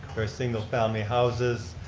they're single family houses,